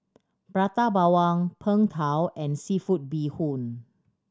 Prata Bawang Png Tao and seafood bee hoon